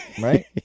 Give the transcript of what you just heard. right